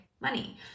money